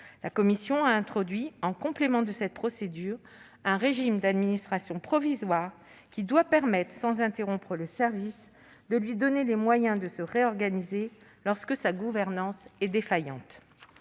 La commission a introduit, en complément de cette procédure, un régime d'administration provisoire qui doit permettre, sans interrompre le service, de lui donner les moyens de se réorganiser lorsque sa gouvernance est défaillante.